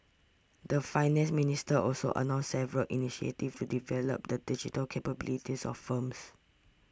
the Finance Minister also announced several initiatives to develop the digital capabilities of firms